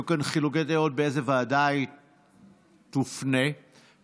כאן חילוקי דעות לאיזו ועדה תופנה הצעת החוק של שר הביטחון,